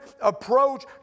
approach